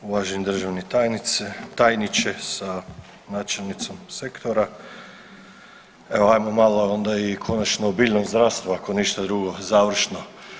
Uvaženi državni tajniče sa načelnicom sektora, evo hajmo malo onda i konačno o biljnom zdravstvu ako ništa drugo završno.